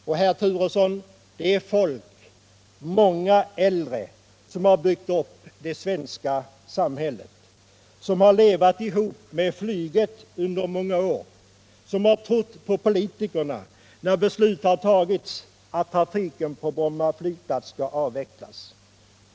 Det är, herr Turesson, folk — ofta äldre människor — som har byggt upp det svenska samhället och som har levt ihop med flyget under många år och som trott på politikerna när beslut har fattats att trafiken på Bromma flygplats skall avvecklas.